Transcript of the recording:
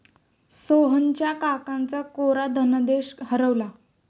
सोहनच्या काकांचा कोरा धनादेश हरवला